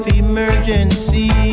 emergency